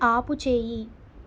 ఆపుచేయి